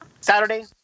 Saturday